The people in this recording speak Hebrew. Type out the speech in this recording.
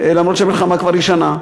למרות שהמלחמה כבר ישנה.